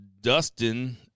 Dustin –